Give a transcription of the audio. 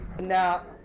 Now